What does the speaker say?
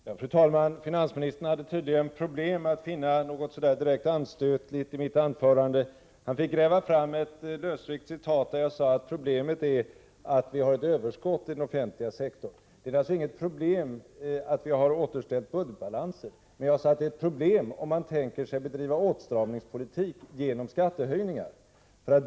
Fru talman! Finansministern hade tydligen problem med att finna något direkt anstötligt i mitt anförande. Han fick gräva fram ett lösryckt citat, där jag sade att problemet är att det finns ett överskott i den offentliga sektorn. Det är naturligtvis inte något problem att budgetbalansen har återställts, men det är ett problem om man tänker sig att bedriva åtstramningspolitik genom skattehöjningar.